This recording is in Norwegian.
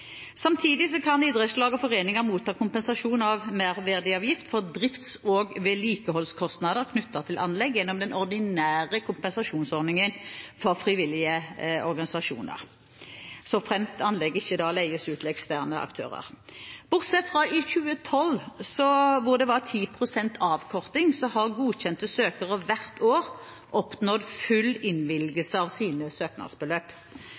Samtidig kan idrettslag og foreninger motta kompensasjon av merverdiavgift for drifts- og vedlikeholdskostnader knyttet til anlegg gjennom den ordinære kompensasjonsordningen for frivillige organisasjoner, så fremt anlegget ikke leies ut til eksterne aktører. Bortsett fra i 2012, hvor det var 10 pst. avkortning, har godkjente søkere hvert år oppnådd full innvilgelse av sine søknadsbeløp.